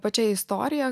pačia istorija